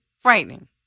Frightening